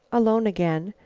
alone again,